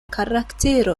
karaktero